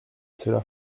cela